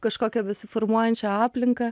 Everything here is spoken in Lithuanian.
kažkokią besiformuojančią aplinką